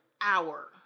hour